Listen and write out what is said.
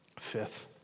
fifth